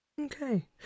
Okay